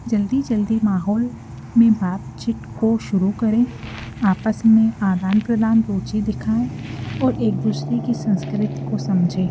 जल्दी जल्दी माहौल में बातचीत को शुरू करें आपस में आदान प्रदान रुचि दिखाऍं और एक दूसरे की संस्कृति को समझें